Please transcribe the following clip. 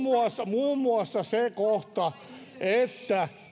muun muassa se kohta että